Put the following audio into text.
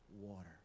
water